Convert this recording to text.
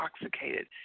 intoxicated